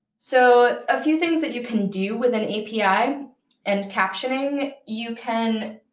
so a few things that you can do with an api and captioning you can